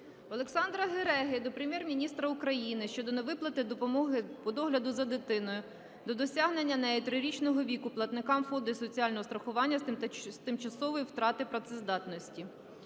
Олександра Гереги до Прем'єр-міністра України щодо невиплати допомоги по догляду за дитиною до досягнення нею трирічного віку платникам Фонду соціального страхування з тимчасової втрати працездатності.